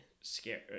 scared